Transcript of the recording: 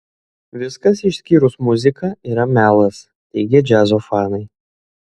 viskas išskyrus muziką yra melas teigia džiazo fanai